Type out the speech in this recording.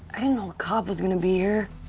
i didn't know a cop was going to be here.